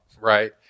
right